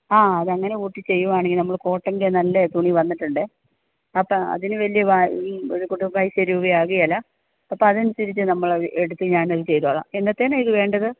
ആ അത് അങ്ങനെ കൂട്ടി ചെയ്യുകയാണെങ്കില് നമ്മൾ കോട്ടന്റെ നല്ല തുണി വന്നിട്ടുണ്ട് അപ്പം അതിന് വലിയ ഈ ഒരു കുടുതൽ പൈസ രൂപ ആകുകയില്ല അപ്പം അത് അനുസരിച്ചു നമ്മൾ എടുത്ത് ഞാൻ അത് ചെയ്തോളാം എന്നത്തേക്കാണ് ഇത് വേണ്ടത്